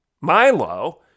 Milo